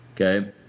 okay